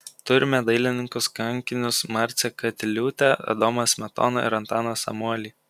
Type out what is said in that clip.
turime dailininkus kankinius marcę katiliūtę adomą smetoną ir antaną samuolį